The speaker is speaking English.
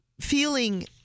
feeling